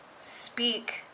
speak